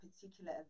particular